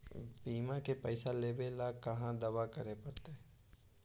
बिमा के पैसा लेबे ल कहा दावा करे पड़तै?